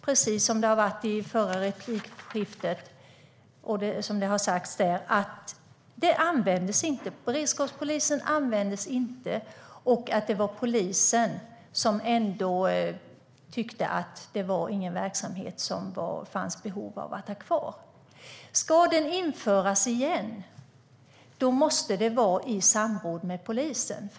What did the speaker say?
Precis som sas i det förra replikskiftet användes inte beredskapspolisen, och det var polisen som tyckte att det inte fanns något behov av att ha kvar verksamheten. Om den ska införas igen måste det ske i samråd med polisen.